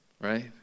right